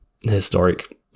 historic